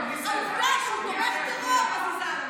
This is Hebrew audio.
מה אכפת לנו שאתה ערבי?